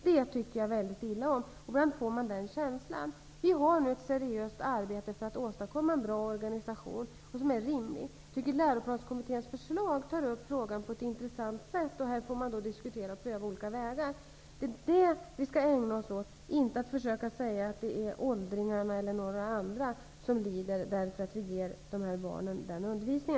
Det sker nu ett seriöst arbete för att åstadkomma en bra och rimlig organisation. Jag tycker att frågan tas upp på ett intressant sätt i Läroplanskommitténs förslag. Här får det ske en diskussion och olika vägar prövas. Det är sådant vi skall ägna oss åt, i stället för att säga att åldringar eller andra får lida därför att barnen får denna undervisning.